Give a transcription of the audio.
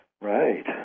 Right